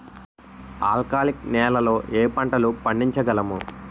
ఆల్కాలిక్ నెలలో ఏ పంటలు పండించగలము?